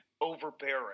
overbearing